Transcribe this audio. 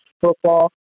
football